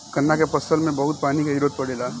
गन्ना के फसल में बहुत पानी के जरूरत पड़ेला